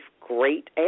great